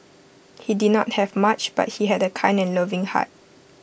he did not have much but he had A kind and loving heart